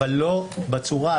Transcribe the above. אבל לא בצורה הזאת,